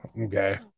Okay